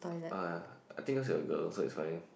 oh yeah I think cause you are a girl so is fine